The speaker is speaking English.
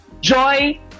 joy